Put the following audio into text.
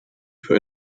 für